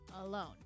alone